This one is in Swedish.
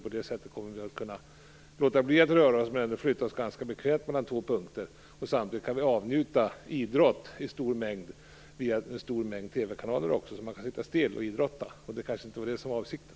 På det sättet kommer vi att kunna låta bli att röra oss men ändå kunna flytta oss bekvämt mellan två punkter. Samtidigt kan vi njuta av massor av idrott via en stor mängd TV kanaler. Man kan sitta still och idrotta, och det kanske inte var avsikten.